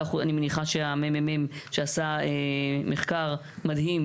אני מניחה שהממ"מ שעשה מחקר מדהים,